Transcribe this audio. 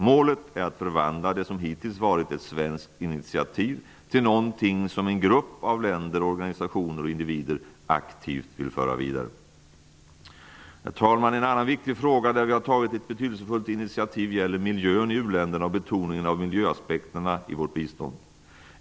Målet är att förvandla det som hittills varit ett svenskt initiativ till någonting som en grupp av länder, organisationer och individer aktivt vill föra vidare. Herr talman! En annan viktig fråga där vi har tagit ett betydelsefullt initiativ gäller miljön i u-länderna och betoningen av miljöaspekterna i vårt bistånd.